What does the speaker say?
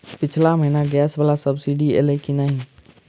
पिछला महीना गैस वला सब्सिडी ऐलई की नहि?